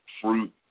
fruit